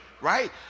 Right